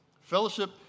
Fellowship